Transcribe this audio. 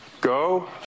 Go